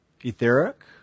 etheric